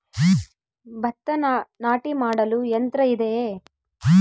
ಭತ್ತ ನಾಟಿ ಮಾಡಲು ಯಂತ್ರ ಇದೆಯೇ?